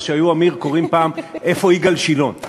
מה שהיו, עמיר, קוראים פעם: איפה יגאל שילון?